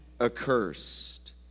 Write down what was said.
accursed